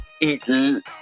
eat